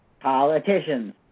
politicians